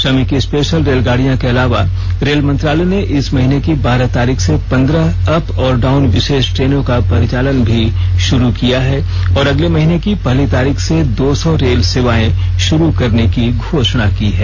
श्रमिक स्पेशल रेलगाड़ियों के अलावा रेल मंत्रालय ने इस महीने की बारह तारीख से पन्द्रह अप और डाउन विशेष ट्रेनों का परिचालन भी शुरू किया है और अगले महीने की पहली तारीख से दो सौ रेल सेवाएं शुरू करने की घोषणा की है